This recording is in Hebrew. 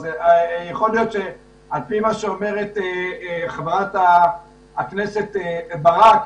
על פי מה שאומרת חברת הכנסת ברק,